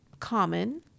common